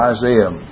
Isaiah